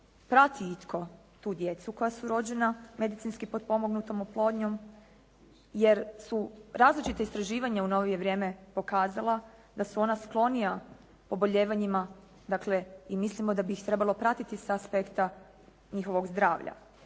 prati itko tu djecu koja su rođena medicinski potpomognutom oplodnjom? jer su različita istraživanja u novije vrijeme pokazala da su ona sklonija poboljevanjima i dakle mislimo da bi ih trebalo pratiti sa aspekta njihovog zdravlja.